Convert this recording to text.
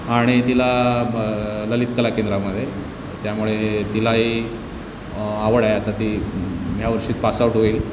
आणि तिला ब ललितकला केंद्रामध्ये त्यामुळे तिलाही आवड आहे आता ती यावर्षी पासआउट होईल